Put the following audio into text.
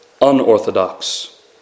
unorthodox